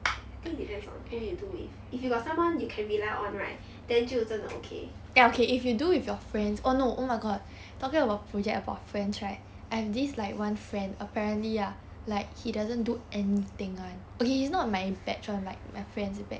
I think it depends on who you do with if you got someone you can rely on right then 就真的 okay